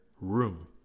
room